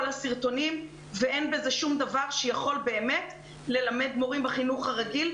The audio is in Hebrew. הסרטונים ואין בזה שום דבר שיכול באמת ללמד מורים בחינוך הרגיל,